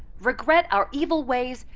regret our evil ways,